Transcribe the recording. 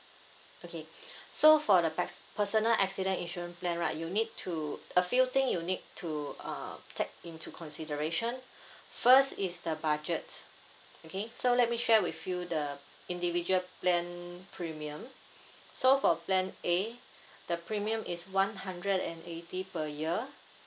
okay so for the per~ personal accident insurance plan right you need to a few thing you need to uh take into consideration first is the budget okay so let me share with you the individual plan premium so for plan A the premium is one hundred and eighty per year